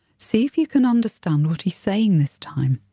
see if you can understand what he's saying this time.